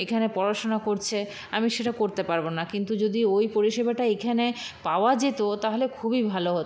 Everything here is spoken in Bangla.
এখানে পড়াশোনা করছে আমি সেটা করতে পারব না কিন্তু যদি ওই পরিষেবাটা এখানে পাওয়া যেত তাহলে খুবই ভালো হত